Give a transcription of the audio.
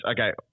okay